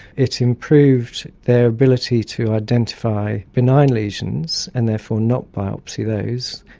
it improved their ability to identify benign lesions and therefore not biopsy those,